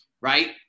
right